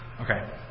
Okay